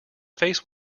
face